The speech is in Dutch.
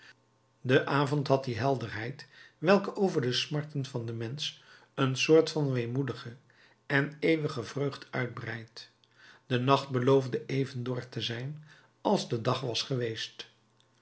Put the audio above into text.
de avond had die helderheid welke over de smarten van den mensch een soort van weemoedige en eeuwige vreugd uitbreidt de nacht beloofde even dor te zijn als de dag was geweest